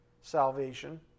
Salvation